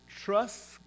Trust